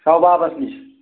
شَوبابَس نِش